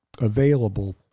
available